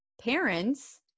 parents